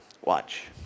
Watch